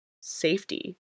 safety